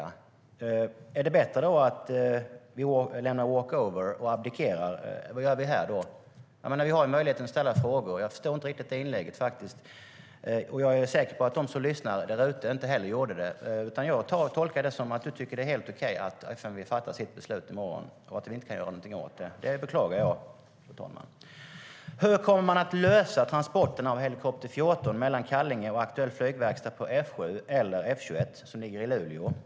Du tycker alltså att det är bättre att vi lämnar walk over och abdikerar? Vad gör vi i så fall här? Vi har ju möjligheten att ställa frågor. Jag förstår inte riktigt ditt inlägg, faktiskt. Jag är säker på att de som lyssnar inte heller gjorde det. Jag tolkar Annicka Engbloms inlägg som att hon tycker att det är helt okej att FMV fattar sitt beslut i morgon och att vi inte kan göra något åt det. Det beklagar jag, fru talman. Hur kommer man att lösa transporterna av Helikopter 14 mellan Kallinge och aktuell flygverkstad på F 7 eller F 21, som ligger i Luleå?